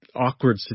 awkward